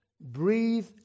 breathe